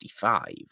55